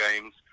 games